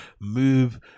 move